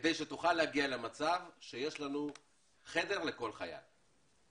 כדי שתוכל להגיע למצב בו יש חדר לכל חייל?